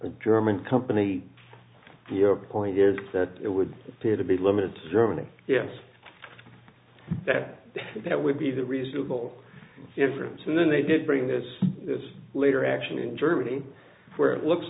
a german company your point is that it would appear to be limited to germany yes that that would be the reasonable inference and then they did bring this is later action in germany where it looks